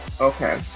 Okay